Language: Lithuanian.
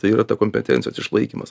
tai yra ta kompetencijos išlaikymas